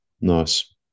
nice